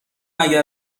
اگر